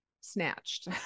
snatched